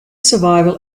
survival